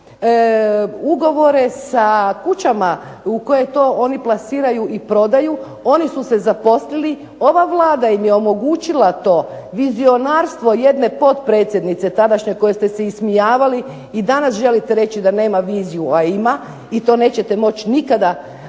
ugovore sa kućama u koje to oni plasiraju i prodaju, oni su se zaposlili, ova Vlada im je omogućila to, vizionarstvo jedne potpredsjednice tadašnje kojoj ste se ismijavali, i danas želite reći da nema viziju, a ima, i to nećete moći nikada sebi